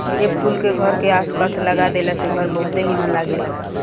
ए फूल के घर के आस पास लगा देला से घर बहुते निमन लागेला